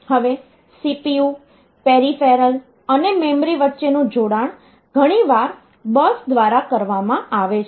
હવે CPU peripheral અને memory વચ્ચેનું જોડાણ ઘણીવાર બસ દ્વારા કરવામાં આવે છે